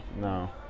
No